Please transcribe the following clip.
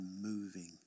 moving